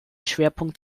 schwerpunkt